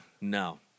no